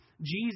Jesus